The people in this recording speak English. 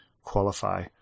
qualify